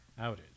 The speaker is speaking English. outage